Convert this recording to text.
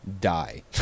die